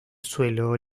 suelo